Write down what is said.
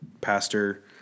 pastor